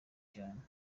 cyane